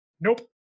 nope